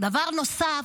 דבר נוסף,